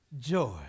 joy